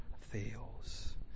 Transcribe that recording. fails